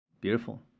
beautiful